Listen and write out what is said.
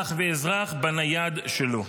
אזרח ואזרח בנייד שלו.